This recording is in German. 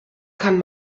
kann